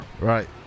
Right